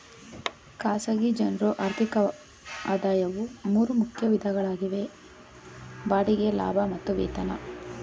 ಖಾಸಗಿ ಜನ್ರು ಆರ್ಥಿಕ ಆದಾಯವು ಮೂರು ಮುಖ್ಯ ವಿಧಗಳಾಗಿವೆ ಬಾಡಿಗೆ ಲಾಭ ಮತ್ತು ವೇತನ